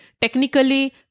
technically